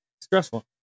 stressful